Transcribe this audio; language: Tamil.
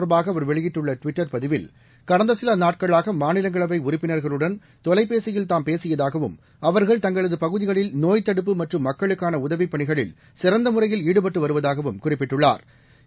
தொடர்பாகஅவர் வெளியிட்டுள்ளடுவிட்டர் இது பதிவில்கடந்தசிலநாட்களாகமாநிலங்களவைஉறுப்பினா்களுடன் தொலைபேசியில் தாம் பேசியதாகவும் அவர்கள் தங்களதுபகுதிகளில் நோய்த்தடுப்பு மற்றும் மக்களுக்கானஉதவிபணிகளில் சிறந்தமுறையில் ஈடுபட்டுவருவதாகவும் குறிப்பிட்டுள்ளாா்